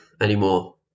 anymore